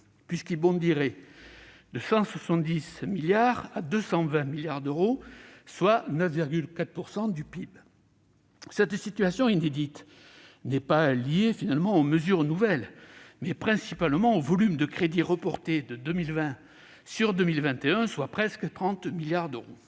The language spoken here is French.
puisqu'il bondirait de 178,1 milliards à 220 milliards d'euros, soit 9,4 % du PIB. Cette situation inédite n'est pas liée aux mesures nouvelles, mais principalement au volume de crédits reportés de 2020 sur 2021, presque 30 milliards d'euros.